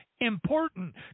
important